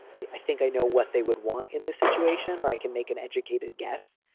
i think i know what they would want in this situation or i can make an educated guess.